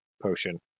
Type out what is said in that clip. potion